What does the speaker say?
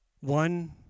One